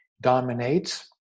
dominates